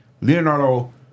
Leonardo